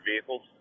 vehicles